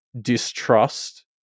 distrust